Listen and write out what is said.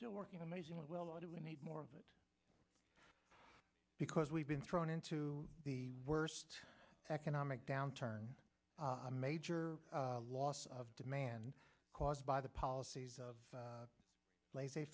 still working amazingly well or do we need more of it because we've been thrown into the worst economic downturn a major loss of demand caused by the policies of laissez